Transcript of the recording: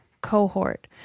cohort